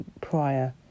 prior